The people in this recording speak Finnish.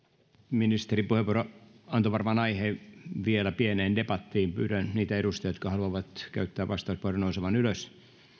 ministerin puheenvuoro antoi varmaan aiheen vielä pieneen debattiin pyydän niitä edustajia jotka haluavat käyttää vastauspuheenvuoron nousemaan ylös